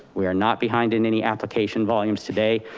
we are not behind in any application volumes today.